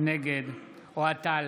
נגד אוהד טל,